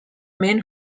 man